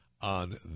on